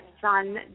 son